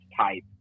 type